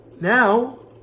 now